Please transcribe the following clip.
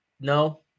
No